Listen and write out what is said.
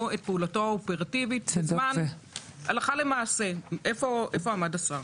את פעולתו אופרטיבית הלכה למעשה איפה עמד השר.